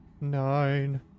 Nine